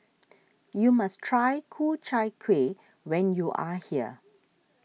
you must try Ku Chai Kuih when you are here